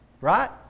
Right